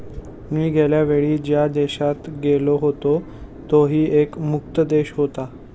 मी गेल्या वेळी ज्या देशात गेलो होतो तोही कर मुक्त देश होता